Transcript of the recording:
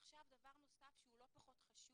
עכשיו דבר נוסף שהוא לא פחות חשוב.